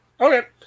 Okay